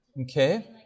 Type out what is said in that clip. okay